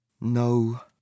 No